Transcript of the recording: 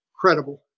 credible